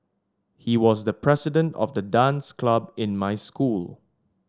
he was the president of the dance club in my school